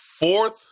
Fourth